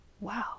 Wow